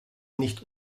nicht